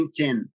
LinkedIn